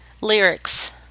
lyrics